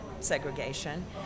segregation